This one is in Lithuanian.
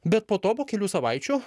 bet po to po kelių savaičių